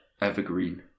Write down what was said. evergreen